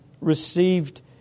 received